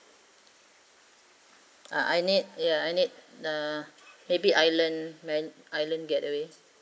ah I need ya I need ah maybe island man island getaway